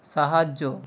সাহায্য